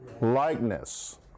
likeness